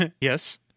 Yes